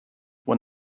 when